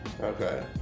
okay